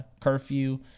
curfew